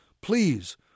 Please